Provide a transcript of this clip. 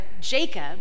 Jacob